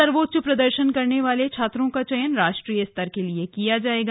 सर्वोच्च प्रदर्शन करने वाले छात्रों का चयन राष्ट्रीय स्तर के लिए किया जाएगा